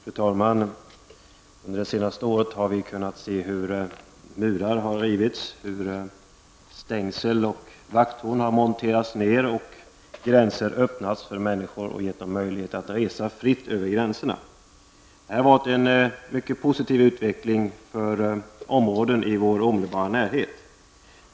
Fru talman! Under det senaste året har vi kunnat se hur murar har rivits, hur stängsel och vakttorn har monterats ned och gränser öppnats för människor, vilket gett dem möjlighet att resa fritt över gränserna. Detta har varit en mycket positiv utveckling för områden i vår omedelbara närhet.